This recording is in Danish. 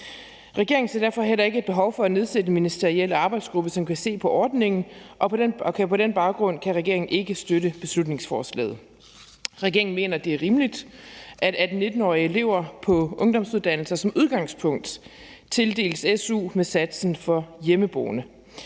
Regeringen ser derfor heller ikke et behov for at nedsætte en ministeriel arbejdsgruppe, som kan se på ordningen, og på den baggrund kan regeringen ikke støtte beslutningsforslaget. Regeringen mener, det er rimeligt, at 18-19-årige elever på ungdomsuddannelser som udgangspunkt tildeles su med satsen for hjemmeboende.